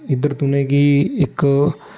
इद्धर तुनेंगी इक